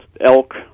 elk